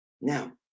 Now